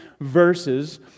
verses